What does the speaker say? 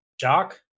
Jock